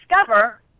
discover